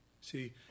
See